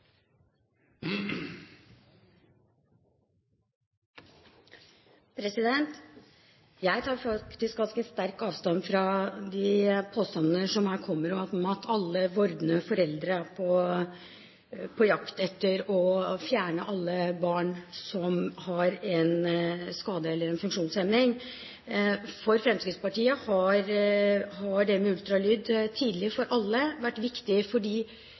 Jeg tar faktisk sterkt avstand fra de påstander som her kommer, om at alle vordende foreldre er på jakt etter å fjerne alle barn som har en skade eller en funksjonshemning. For Fremskrittspartiet har ultralyd tidlig for alle vært viktig,